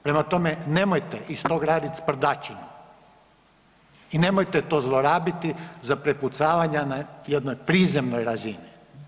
Prema tome, nemojte iz toga raditi sprdačinu i nemojte to zlorabiti za prepucavanja na jednoj prizemnoj razini.